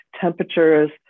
temperatures